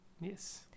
Yes